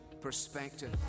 perspective